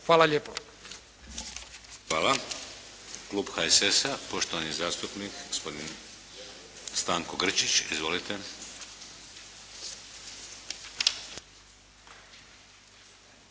(HDZ)** Hvala. Klub HSS-a, poštovani zastupnik Stanko Grčić. Izvolite.